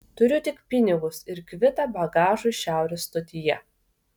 turiu tik pinigus ir kvitą bagažui šiaurės stotyje